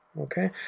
okay